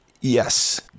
yes